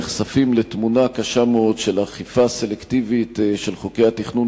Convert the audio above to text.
אנחנו נחשפים לתמונה קשה מאוד של אכיפה סלקטיבית של חוקי התכנון